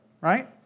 right